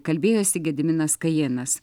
kalbėjosi gediminas kajėnas